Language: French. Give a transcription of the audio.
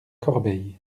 corbeille